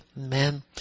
Amen